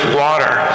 water